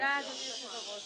תודה, אדוני היושב-ראש.